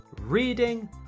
reading